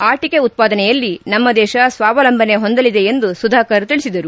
ಆಟಕೆ ಉತ್ಪಾದನೆಯಲ್ಲಿ ನಮ್ಮ ದೇಶ ಸ್ವಾವಲಂಬನೆ ಹೊಂದಲಿದೆ ಎಂದು ಸುಧಾಕರ್ ತಿಳಿಸಿದರು